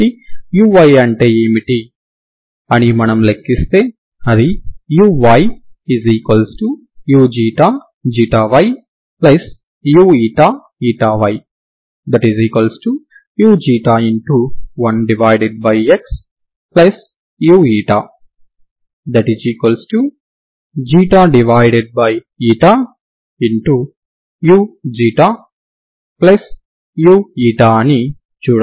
కాబట్టి uy అంటే ఏమిటి అని మనం లెక్కిస్తే అది uyuyuyu1xuuu అని చూడవచ్చు